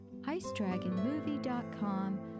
IceDragonMovie.com